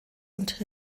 und